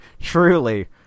truly –